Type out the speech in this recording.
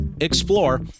explore